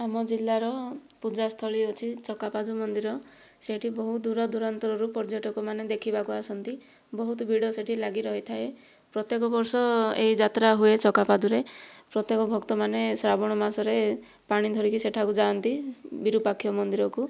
ଆମ ଜିଲ୍ଲାର ପୂଜାସ୍ଥଳୀ ଅଛି ଚକାପାଦ ମନ୍ଦିର ସେଇଠି ବହୁ ଦୂର ଦୁରାନ୍ତରରୁ ପର୍ଯ୍ୟଟକମାନେ ଦେଖିବାକୁ ଆସନ୍ତି ବହୁତ ଭିଡ଼ ସେଇଠି ଲାଗି ରହିଥାଏ ପ୍ରତ୍ୟକ ବର୍ଷ ଏହି ଯାତ୍ରା ହୁଏ ଚକାପାଦରେ ପ୍ରତ୍ୟକ ଭକ୍ତମାନେ ଶ୍ରାବଣ ମାସରେ ପାଣି ଧରିକି ସେଠାକୁ ଯାଆନ୍ତି ବିରୁପାକ୍ଷ ମନ୍ଦିରକୁ